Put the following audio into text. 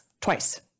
twice